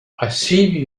ací